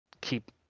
keep